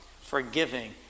forgiving